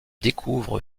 découvre